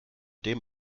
dem